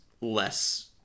less